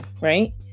right